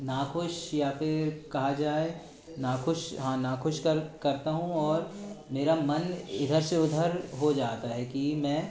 नाखुश या फिर कहा जाए नाखुश हाँ नाखुश करता हूँ और मेरा मन इधर से उधर हो जाता है कि मैं